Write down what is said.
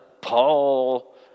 Paul